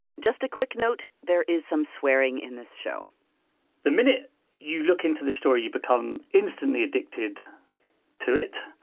just a quick note there is some swearing in this show the minute you look into the story, you become instantly addicted to it.